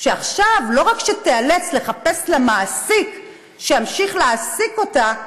שעכשיו לא רק שתיאלץ לחפש לה מעסיק שימשיך להעסיק אותה,